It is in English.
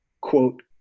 quote